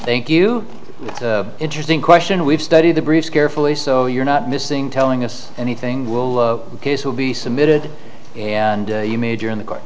thank you interesting question we've studied the briefs carefully so you're not missing telling us anything the case will be submitted and you major in the court